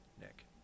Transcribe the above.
Nick